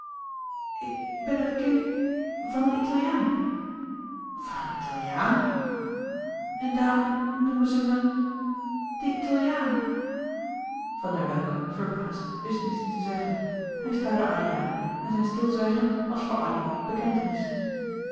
ik ben het kind van een italiaan van een italiaan en daarom noemen ze me de italiaan van der welcke verbaasd wist niets te zeggen hij staarde addy aan en zijn stilzwijgen was voor addy